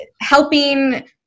helping